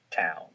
town